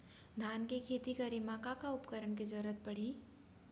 धान के खेती करे मा का का उपकरण के जरूरत पड़हि?